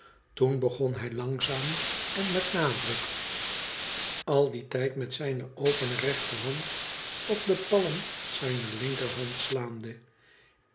toen begon hij langzaam en met nadruk al dien tijd met zijne opene rechterhand op de palm zijner linkerhad slaande